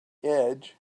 edge